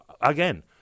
again